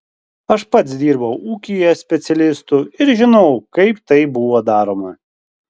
aš pats dirbau ūkyje specialistu ir žinau kaip tai buvo daroma